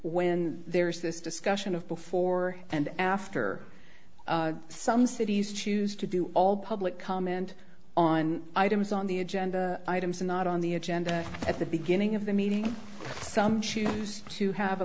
when there is this discussion of before and after some cities choose to do all public comment on items on the agenda items are not on the agenda at the beginning of the meeting some choose to have a